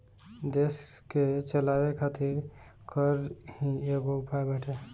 देस के चलावे खातिर कर ही एगो उपाय बाटे